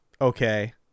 okay